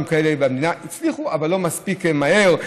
כאלה במדינה הצליחו אבל לא מספיק מהר.